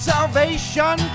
salvation